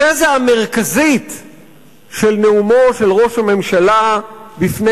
התזה המרכזית של נאומו של ראש הממשלה בפני